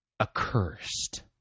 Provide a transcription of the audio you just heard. accursed